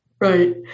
right